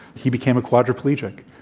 he became a quadriplegic.